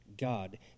God